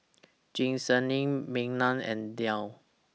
Giselle Maynard and Diann